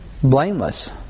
blameless